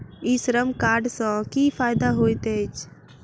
ई श्रम कार्ड सँ की फायदा होइत अछि?